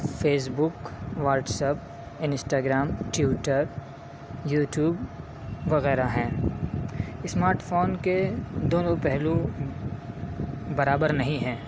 face بک WhatsApp Instagram Twitter YouTube وغیرہ ہیں smartphone کے دونوں پہلو برابر نہیں ہیں